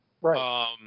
Right